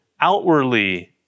outwardly